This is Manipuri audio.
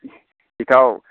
ꯏꯇꯥꯎ